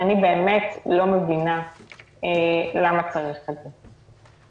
אני באמת לא מבינה למה צריך את זה.